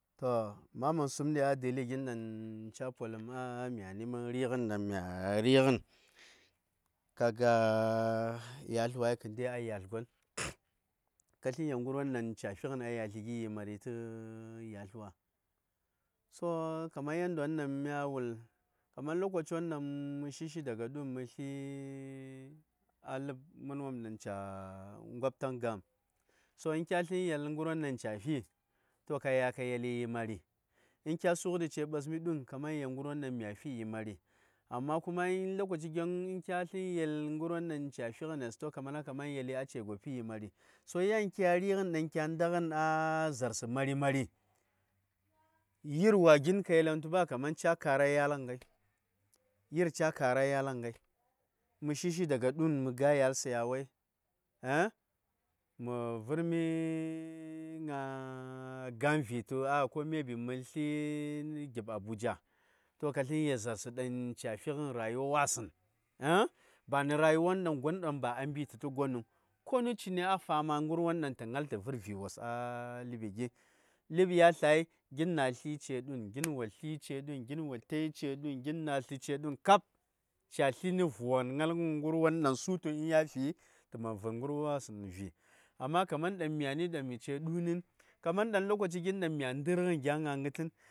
To ma: man sum ɗə:li gin ɗaŋ ca: poləm a myani mən riŋən ɗaŋ mya riŋən ka ga yasl wayi kə ndai a yasl gon ka səŋ yel ŋərwon ɗaŋ cà fi ŋən a yasli gi yi mari tə yasl wa. So, kaman yaddayo ɗaŋ mya wul kaman lokaci yo ɗaŋ mə shishi daga dun mə sli a ləb mənwom ɗaŋ ca: ŋwobtaŋ ga:m so dan kya sən yel ŋvrwon ɗaŋ ca:fi to ka yeli yi mari in kya sughəɗi ce ɓasmi ɗun kaman yeli gərwon dang mya fi yi mar amma kuma lokaci gwon kyasəŋ yeli gərwon ɗaŋ ca fighen ka manda kə man yeli a ce goppi yi mari. so yan kya ri:ghən kya nda ŋəni a zaarsə mari-mari, yir wa, gin kayel kaman ca: kara ni yelŋən ŋai. mə shishi daga dwun mə ga yasl sayawa, mə vərmi ŋa gam vi zuwa ko maybe mə sli gip Abuja to ka sləŋ yel za:rsə ɗaŋ ca fighən rayuwasəŋ banə rayuwa wonɗaŋ gon a mbi tə tə gonəŋ konu ca: ŋal ni gən tə vər vi:wos ləb ya tlai gin na: slə tə ce dwun gin tai dun kab ca: slə nə vu:ŋən gnalgən agən ɗaŋ sutu yafi tə man vər gərwasəŋ vi: amma kaman mya:ni ɗaŋ mi ce dunən, kaman ɗaŋ lokaci gin ɗaŋ mya ndər ŋən gya gna agətən.